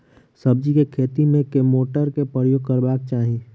सब्जी केँ खेती मे केँ मोटर केँ प्रयोग करबाक चाहि?